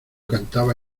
cantaba